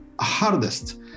hardest